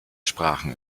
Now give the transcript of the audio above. sprachen